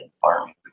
farming